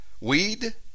weed